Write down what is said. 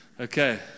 Okay